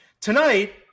tonight